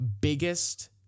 biggest